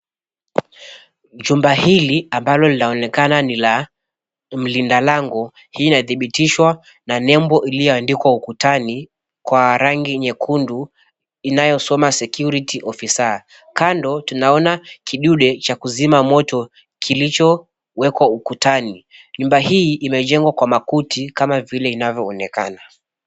Jumba hili ambalo linaonekana ni la mlinda lango inadhibitishwa na nembo iliyoandikwa ukutani kwa rangi nyekundu inayosoma SECURITY OFFICER . Kando tunaona kidude cha kuzima moto kilichowekwa ukutani. Nyumba hii imejengwa kwa makuti kama vile inavyoonekana.